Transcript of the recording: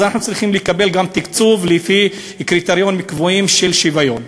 אז אנחנו צריכים לקבל גם תקצוב לפי קריטריונים קבועים של שוויון.